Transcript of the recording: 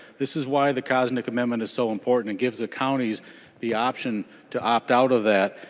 this is why the koznick amendment is so important. it gives the counties the option to opt out of that.